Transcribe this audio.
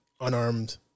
unarmed